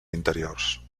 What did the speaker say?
interiors